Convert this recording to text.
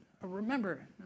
remember